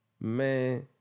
man